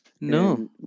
No